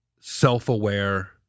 self-aware